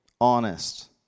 honest